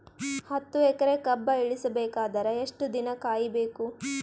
ಹತ್ತು ಎಕರೆ ಕಬ್ಬ ಇಳಿಸ ಬೇಕಾದರ ಎಷ್ಟು ದಿನ ಕಾಯಿ ಬೇಕು?